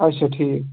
آچھا ٹھیٖک